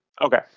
Okay